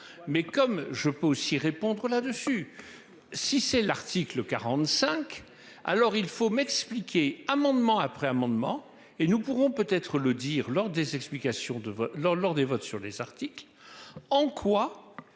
Mais comme je peux aussi répondre là-dessus. Si c'est l'article 45. Alors il faut m'expliquer amendement après amendement et nous pourrons peut être le dire lors des explications de vote lors lors des votes sur les articles en quoi.